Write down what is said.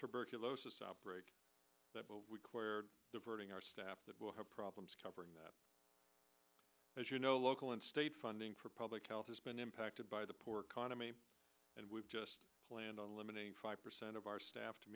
tuberculosis outbreak where diverting our staff that will have problems covering that as you know local and state funding for public health has been impacted by the poor economy and we've just planned on eliminating five percent of our staff to